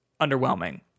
underwhelming